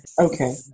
Okay